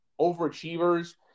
overachievers